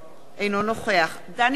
אינו נוכח דני דנון,